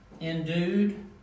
endued